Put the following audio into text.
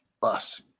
bus